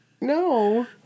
No